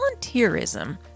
volunteerism